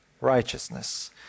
righteousness